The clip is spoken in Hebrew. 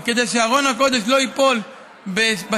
וכדי שארון הקודש לא ייפול בשבי,